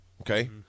Okay